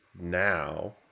now